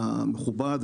המכובד,